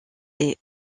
est